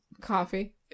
Coffee